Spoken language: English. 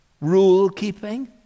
Rule-keeping—